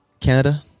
Canada